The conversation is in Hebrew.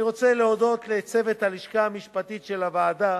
אני רוצה להודות לצוות הלשכה המשפטית של הוועדה: